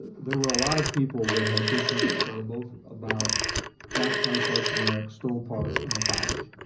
there were a lot of people that had good things to say, both about johnson county parks and rec, stoll park, and the college.